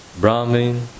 Brahmin